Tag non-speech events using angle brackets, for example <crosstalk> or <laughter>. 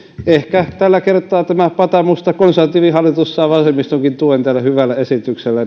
ehkä tällä kertaa tämä patamusta konservatiivihallitus saa vasemmistonkin tuen tällä hyvällä esityksellä <unintelligible>